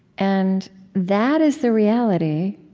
and that is the reality,